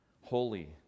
holy